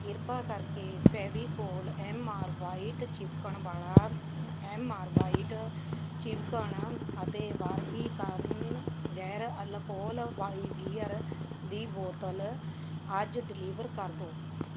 ਕਿਰਪਾ ਕਰਕੇ Fevicol M R white ਚਿਪਕਣ ਵਾਲਾ ਐਮ ਆਰ ਵਾਈਟ ਚਿਪਕਣ ਅਤੇ ਬਾਰਬੀਕਨ ਗੈਰ ਅਲਕੋਹਲ ਵਾਲੀ ਬੀਅਰ ਦੀ ਬੋਤਲ ਅੱਜ ਡਿਲੀਵਰ ਕਰ ਦਿਉ